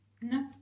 No